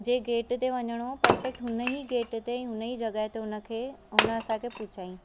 जे gate ते वञिणो perfect हुन ई गेट ते उन ई जॻह ते उन खे उन असांखे पहुचाईं